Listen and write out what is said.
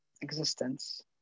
existence